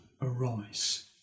arise